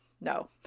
No